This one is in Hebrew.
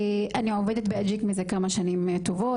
אני עובדת באג'יק מזה כמה שנים טובות,